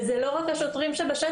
וזה לא רק השוטרים שבשטח,